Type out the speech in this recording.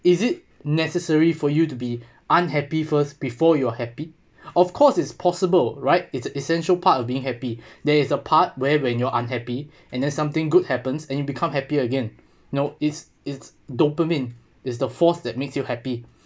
is it necessary for you to be unhappy first before you're happy of course it's possible right is an essential part of being happy there is the part where when you're unhappy and there's something good happens and you become happy again no it's it's dopamine is the force that makes you happy